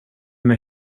mig